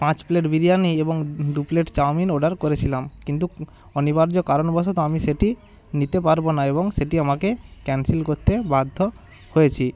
পাঁচ প্লেট বিরিয়ানি এবং দু প্লেট চাউমিন অর্ডার করেছিলাম কিন্তু অনিবার্য কারণবশত আমি সেটি নিতে পারবো না এবং সেটি আমাকে ক্যান্সেল করতে বাধ্য হয়েছি